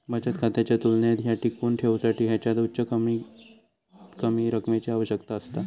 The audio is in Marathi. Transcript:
बचत खात्याच्या तुलनेत ह्या टिकवुन ठेवसाठी ह्याच्यात उच्च कमीतकमी रकमेची आवश्यकता असता